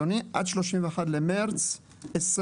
אדוני: עד 31 במרץ 22,